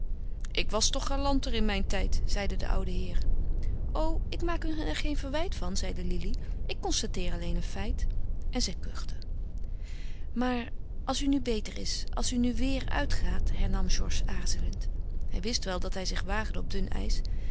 ik was toch galanter in mijn tijd zeide de oude heer o ik maak hun er geen verwijt van zeide lili ik constateer alleen een feit en zij kuchte maar als u nu beter is als u nu weêr uitgaat hernam georges aarzelend hij wist wel dat hij zich waagde op dun ijs